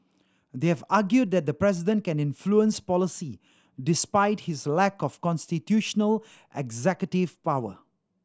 they have argued that the president can influence policy despite his lack of constitutional executive power